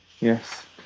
Yes